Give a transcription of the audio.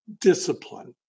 discipline